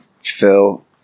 Phil